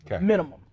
minimum